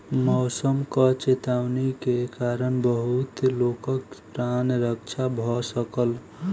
मौसमक चेतावनी के कारण बहुत लोकक प्राण रक्षा भ सकल